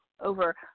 over